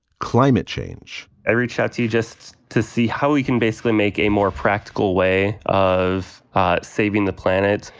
climate change every chatty just to see how he can basically make a more practical way of saving the planet.